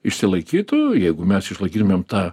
išsilaikytų jeigu mes išlaikytumėm tą